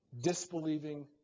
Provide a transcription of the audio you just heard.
disbelieving